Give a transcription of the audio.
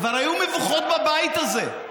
כבר היו מבוכות בבית הזה.